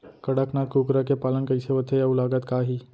कड़कनाथ कुकरा के पालन कइसे होथे अऊ लागत का आही?